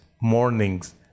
morning's